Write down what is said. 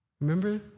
Remember